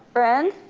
friend,